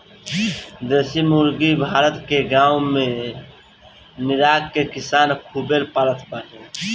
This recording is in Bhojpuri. देशी मुर्गी भारत के गांव गिरांव के किसान खूबे पालत बाने